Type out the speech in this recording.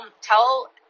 tell